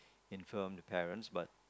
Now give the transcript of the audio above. inform the parents but